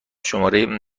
شماره